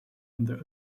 under